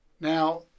Now